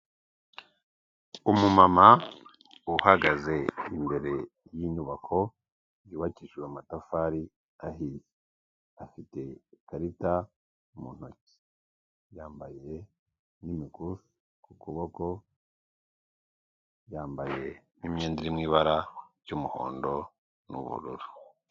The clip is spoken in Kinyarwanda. Umumama uhagaze imbere y'inyubako yubakijwe amatafari ahiye, afite ikarita mu ntoki, yambaye n'imikufi ku kuboko, yambaye n'imyenda iri mu ibara ry'umuhondo n'ubururu.